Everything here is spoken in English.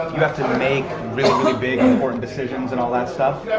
you have to make really, really big important decisions and all that stuff.